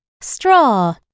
straw